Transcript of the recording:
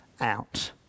out